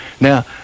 Now